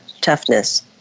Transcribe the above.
toughness